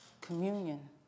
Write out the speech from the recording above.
communion